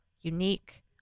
unique